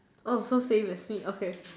oh so same as me okay